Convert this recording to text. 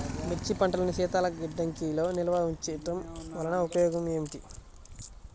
మిర్చి పంటను శీతల గిడ్డంగిలో నిల్వ ఉంచటం వలన ఉపయోగం ఏమిటి?